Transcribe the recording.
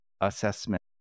assessment